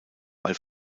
weil